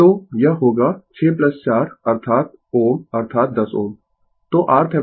तो यह होगा 6 4 अर्थात Ω अर्थात 10 Ω